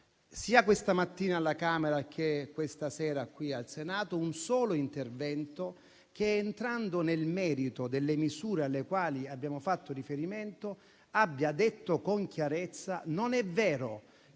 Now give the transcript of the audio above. sia questa mattina alla Camera dei deputati che questa sera qui al Senato, un solo intervento che, entrando nel merito delle misure alle quali abbiamo fatto riferimento, abbia detto con chiarezza che non è vero